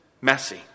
messy